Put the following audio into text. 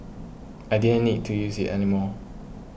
I didn't need to use it anymore